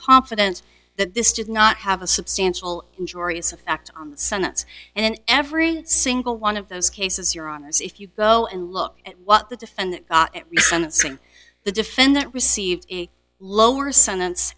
confidence that this did not have a substantial injurious effect on the senate and every single one of those cases your honour's if you go and look at what the defendant the defendant received a lower sentence